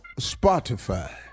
Spotify